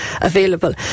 available